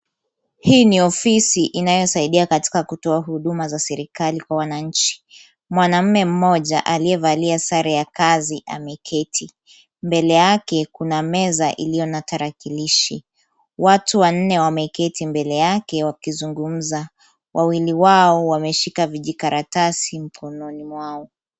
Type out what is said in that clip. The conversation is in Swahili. Hii ni ofisi inayosaidia katika kutoa huduma za serikali kwa wananchi. Mwanamume mmoja aliyevalia sare ya kazi ameketi. Mbele yake kuna meza iliyo na tarakilishi. Watu wanne wameketi mbele yake wakizungumza. Wawili wao wameshika vijikaratasi mikononi mwao.